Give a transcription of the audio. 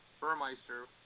Burmeister